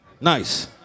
Nice